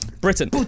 Britain